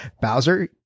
bowser